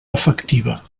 efectiva